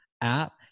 app